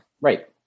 right